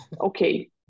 Okay